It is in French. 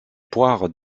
poires